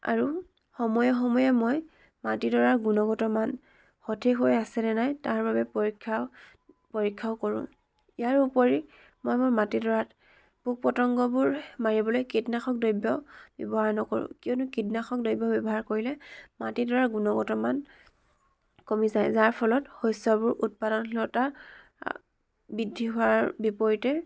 আৰু সময়ে সময়ে মই মাটিডৰাৰ গুণগত মান সঠিক হৈ আছেনে নাই তাৰ বাবে পৰীক্ষা পৰীক্ষাও কৰোঁ ইয়াৰ উপৰি মই মোৰ মাটিডৰাত পোক পতংগবোৰ মাৰিবলৈ কীটনাশক দ্ৰব্য ব্যৱহাৰ নকৰোঁ কিয়নো কীটনাশক দ্ৰব্য ব্যৱহাৰ কৰিলে মাটিডৰাৰ গুণগত মান কমি যায় যাৰ ফলত শস্যবোৰ উৎপাদনশীলতা বৃদ্ধি হোৱাৰ বিপৰীতে